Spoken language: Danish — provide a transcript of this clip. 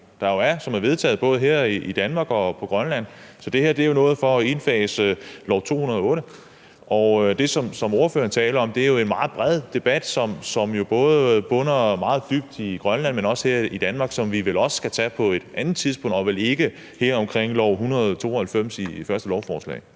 som er vedtaget både her i Danmark og på Grønland. Så det her er jo for at indfase L 208. Det, som ordføreren taler om, er jo en meget bred debat, som både bunder meget dybt i Grønland, men også her i Danmark, og som vi vel også skal tage på et andet tidspunkt og vel ikke her i forbindelse med L 192.